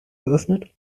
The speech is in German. geöffnet